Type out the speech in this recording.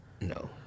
no